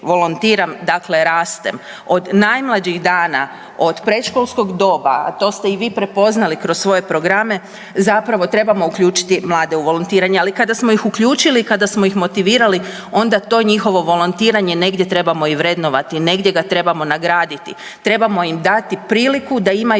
Od najmlađih dana, od predškolskog doma, a to ste i vi prepoznali kroz svoje programe zapravo trebamo uključiti mlade u volontiranje, ali kada smo ih uključili i kada smo ih motivirali onda to njihovo volontiranje negdje trebamo i vrednovati, negdje ga trebamo nagraditi, trebamo im dati priliku da imaju